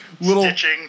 stitching